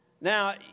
Now